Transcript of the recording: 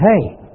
hey